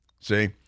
See